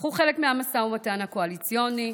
הפכו חלק מהמשא ומתן הקואליציוני,